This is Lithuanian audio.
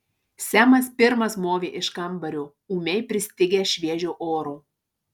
semas pirmas movė iš kambario ūmiai pristigęs šviežio oro